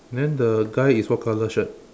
then the guy is what color shirt